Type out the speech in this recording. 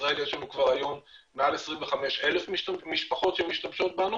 בישראל יש לנו כבר היום מעל 25,000 משפחות שמשתמשות בנו